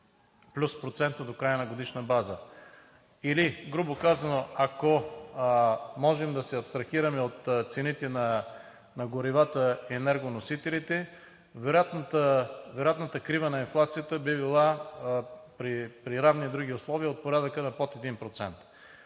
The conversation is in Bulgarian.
плюс процента до края на годишна база. Или грубо казано, ако можем да се абстрахираме от цените на горивата и енергоносителите, вероятната крива на инфлацията би била при равни други условия от порядъка на под 1%.